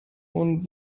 und